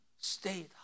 state